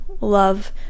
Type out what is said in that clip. love